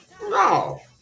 No